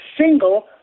single